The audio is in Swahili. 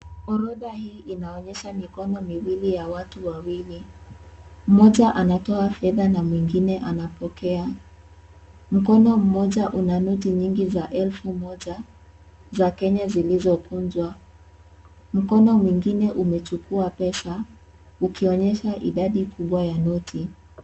Orodha hii inaonyesha mikono miwili ya watu wawili, mmoja anatoa fedha na mwingine anapokea , mkono mmoja una noti nyingi za elfu moja za Kenya zilizokinjwa, mkono mwingine umechukua pesa ukionyesha idadi kubwa ya noti.